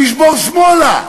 הוא ישבור שמאלה.